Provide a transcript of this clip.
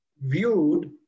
viewed